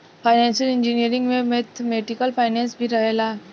financial engineering में mathematical finance भी रहेला